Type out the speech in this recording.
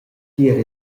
tier